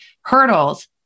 hurdles